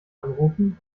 anrufen